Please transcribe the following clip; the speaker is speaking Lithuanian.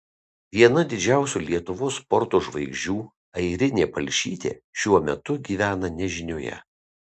viena didžiausių lietuvos sporto žvaigždžių airinė palšytė šiuo metu gyvena nežinioje